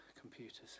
computers